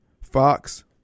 Fox